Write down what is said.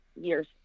years